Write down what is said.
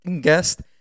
guest